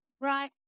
Right